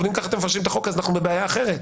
אבל אם אתם מפרשים ככה את החוק אז אנחנו בבעיה אחרת.